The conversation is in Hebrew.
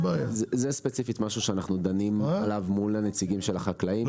זה ספציפית משהו שאנחנו דנים עליו מול הנציגים של החקלאים.